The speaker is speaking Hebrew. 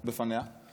בפניה.